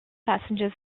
passenger